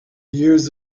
years